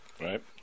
Right